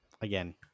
again